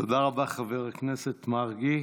תודה רבה, חבר הכנסת מרגי.